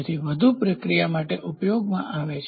તેથી વધુ પ્રક્રિયા માટે ઉપયોગમાં આવે છે